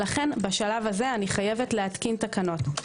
לכן בשלב זה אני חייבת להתקין תקנות.